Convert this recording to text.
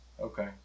Okay